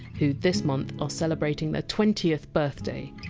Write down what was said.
who this month are celebrating their twentieth birthday!